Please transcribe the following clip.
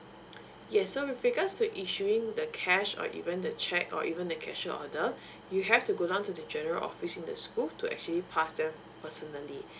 yes so with regards to issuing the cash or even the cheque or even the cashier order you have to go down to the general office in the school to actually pass them personally